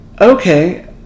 okay